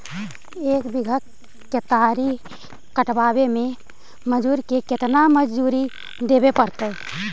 एक बिघा केतारी कटबाबे में मजुर के केतना मजुरि देबे पड़तै?